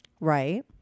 right